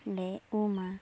ᱞᱮ ᱩᱢᱟ